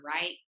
right